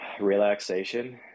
Relaxation